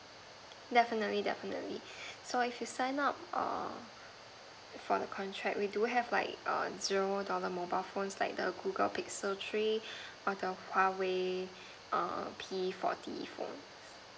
definitely definitely so if you sign up err for the contract we do have like err zero dollar mobile phones like the google pixel three or the huawei err P forty phone